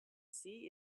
see